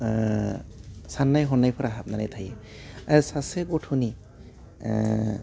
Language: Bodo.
ओह सान्नाय हनायफ्रा हाबनानै थायो ओह सासे गथ'नि ओह